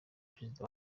perezida